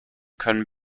können